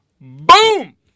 Boom